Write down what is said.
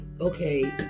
okay